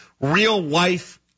real-life